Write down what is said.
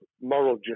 moral